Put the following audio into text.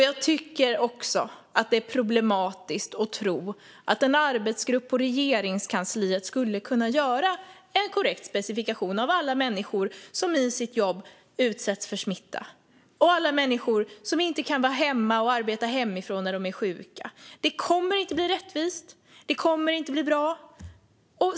Jag tycker också att det är problematiskt att tro att en arbetsgrupp på Regeringskansliet skulle kunna göra en korrekt specifikation av alla människor som i sitt jobb utsätts för smitta och alla människor som inte kan vara hemma och arbeta hemifrån när de är sjuka. Det kommer inte att bli rättvist. Det kommer inte att bli bra.